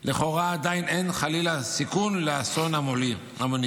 לכאורה עדיין אין חלילה סיכון לאסון המוני.